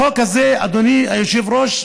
החוק הזה, אדוני היושב-ראש,